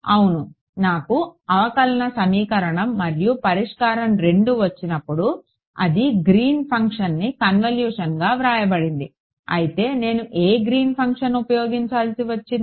అవును నాకు అవకలన సమీకరణం మరియు పరిష్కారం 2 వచ్చినప్పుడు అది గ్రీన్ ఫంక్షన్ని కన్వల్యూషన్గా వ్రాయబడింది అయితే నేను ఏ గ్రీన్ ఫంక్షన్ని ఉపయోగించాల్సి వచ్చింది